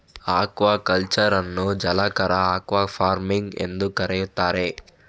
aquaculture ಅನ್ನು ಜಲಚರ aquafarming ಎಂದೂ ಕರೆಯುತ್ತಾರೆ